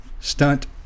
stunt